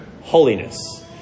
holiness